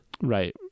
Right